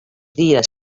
dies